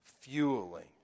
fueling